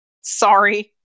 sorry